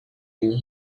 you